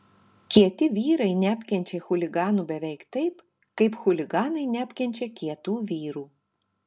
kieti vyrai neapkenčia chuliganų beveik taip kaip chuliganai neapkenčia kietų vyrų